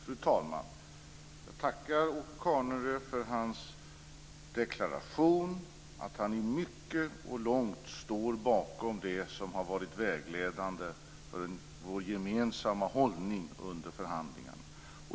Fru talman! Jag tackar Åke Carnerö för hans deklaration, att han i mycket och långt står bakom det som har varit vägledande för vår gemensamma hållning under förhandlingarna.